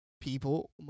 People